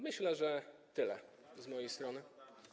Myślę, że tyle z mojej strony.